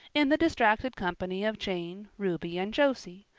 in the distracted company of jane, ruby, and josie,